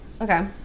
Okay